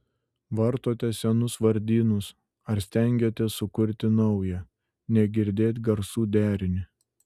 vartote senus vardynus ar stengiatės sukurti naują negirdėt garsų derinį